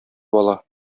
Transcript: бала